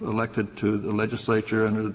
elected to the legislature and